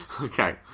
Okay